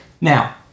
Now